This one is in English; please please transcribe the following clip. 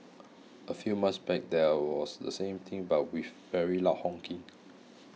a few months back there was the same thing but with very loud honking